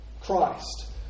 christ